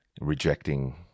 rejecting